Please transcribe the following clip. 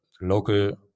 local